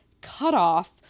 cutoff